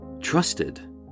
trusted